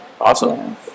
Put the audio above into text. Awesome